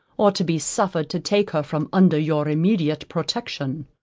or to be suffered to take her from under your immediate protection.